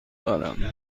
دارم